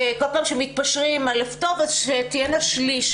כל פעם מתפשרים, טוב, שתהיינה שליש.